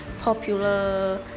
popular